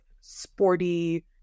sporty